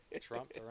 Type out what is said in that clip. Trump